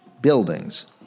buildings